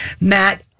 Matt